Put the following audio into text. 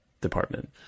department